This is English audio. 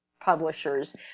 publishers